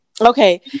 Okay